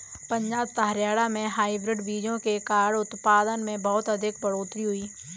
पंजाब तथा हरियाणा में हाइब्रिड बीजों के कारण उत्पादन में बहुत अधिक बढ़ोतरी हुई